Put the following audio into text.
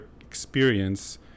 experience